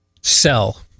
Sell